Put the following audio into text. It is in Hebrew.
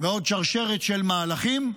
עוד שרשרת של מהלכים,